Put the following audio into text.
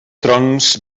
trons